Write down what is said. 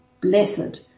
blessed